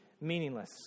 meaningless